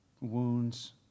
Wounds